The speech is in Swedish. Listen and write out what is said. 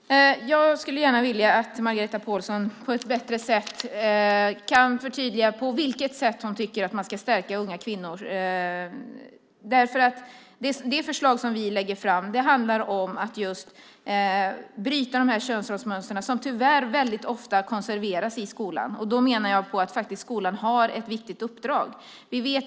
Herr talman! Jag skulle gärna vilja att Margareta Pålsson förtydligade på vilket sätt hon tycker att man ska stärka unga kvinnor. Det förslag vi lägger fram handlar om att bryta de könsrollsmönster som, tyvärr, ofta konserveras i skolan. Därför menar jag att skolan har ett viktigt uppdrag.